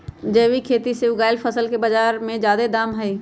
जैविक खेती से उगायल फसल के बाजार में जादे दाम हई